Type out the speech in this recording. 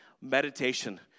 Meditation